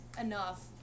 enough